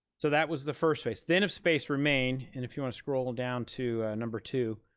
so that was the first phase. then if space remained, and if you wanna scroll down to number two,